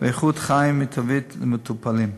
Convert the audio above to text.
ואיכות חיים מיטבית למטופלים.